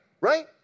right